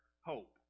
hope